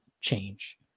change